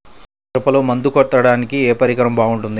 మిరపలో మందు కొట్టాడానికి ఏ పరికరం బాగుంటుంది?